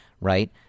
right